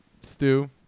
Stew